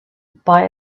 buy